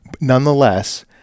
nonetheless